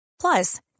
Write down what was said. Plus